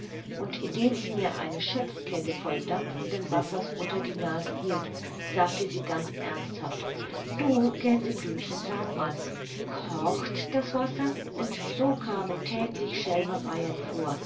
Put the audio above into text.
und indem sie mir eine schöpfkelle voll dampfenden wassers unter die nase hielt sagte sie ganz ernsthaft du gänseblümchen sag mal kocht das wasser und so kamen täglich schelmereien vor